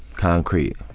concrete.